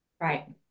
Right